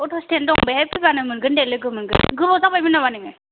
auto stand दं बेहाय फैब्लानो मोनगोन दे लोगो मोनहोन गोबाव जाबायमोन नामा नोङो